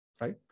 right